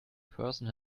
person